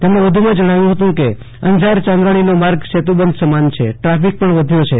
તેમણે વધુ માં જણાવ્યું હતું કે અંજાર ચાંદ્રાણીનો માર્ગ સેતુ બંધ સમાન છે ટ્રાફિક પણ ઘણો વધ્યો છે